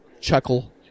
chuckle